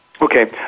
Okay